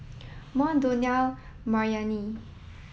Mont Donell Maryanne